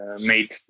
made